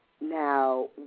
Now